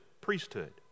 priesthood